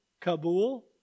Kabul